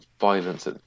violence